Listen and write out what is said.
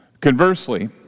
Conversely